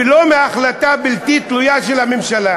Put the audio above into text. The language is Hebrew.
ולא מהחלטה בלתי תלויה של הממשלה.